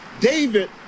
David